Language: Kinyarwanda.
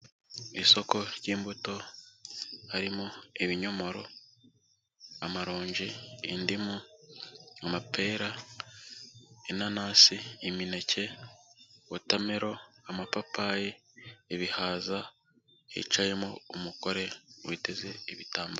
Isoko ry'imbuto, harimo ibinyomoro, amaronje, indimu, amapera, inanasi, imineke, wotamero, amapapayi, ibihaza, hicayemo umugore witeze ibitamb...